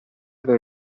dove